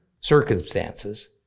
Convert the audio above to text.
circumstances